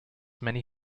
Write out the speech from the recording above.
many